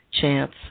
chance